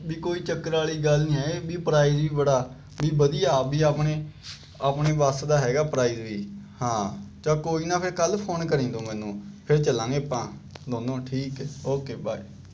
ਵੀ ਕੋਈ ਚੱਕਰ ਵਾਲੀ ਗੱਲ ਨਹੀਂ ਹੈ ਵੀ ਪ੍ਰਾਈਜ ਵੀ ਬੜਾ ਵੀ ਵਧੀਆ ਵੀ ਆਪਣੇ ਆਪਣੇ ਵੱਸ ਦਾ ਹੈਗਾ ਪ੍ਰਾਈਜ ਵੀ ਹਾਂ ਚੱਲ ਕੋਈ ਨਾ ਫਿਰ ਕੱਲ੍ਹ ਫੋਨ ਕਰੀਂ ਤੂੰ ਮੈਨੂੰ ਫਿਰ ਚੱਲਾਂਗੇ ਆਪਾਂ ਦੋਨੋਂ ਠੀਕ ਹੈ ਓਕੇ ਬਾਏ